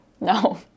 No